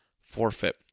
forfeit